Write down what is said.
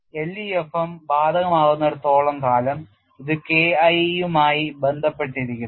LEFM ബാധകമാകുന്നിടത്തോളം കാലം ഇത് KI മായി ബന്ധപ്പെട്ടിരിക്കുന്നു